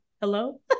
Hello